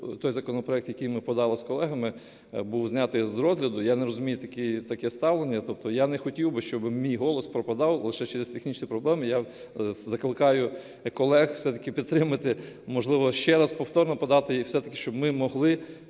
той законопроект, який ми подали з колегами, був знятий з розгляду. Я не розумію таке ставлення. Тобто я не хотів би, щоби мій голос пропадав лише через технічні проблеми. Я закликаю колег все-таки підтримати, можливо, ще раз повторно подати, і все-таки щоб ми могли